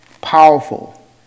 Powerful